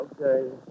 Okay